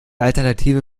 alternative